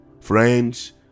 Friends